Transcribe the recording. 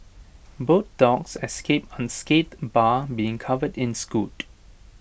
both dogs escaped unscathed bar being covered in